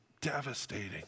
devastating